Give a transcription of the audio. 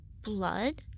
blood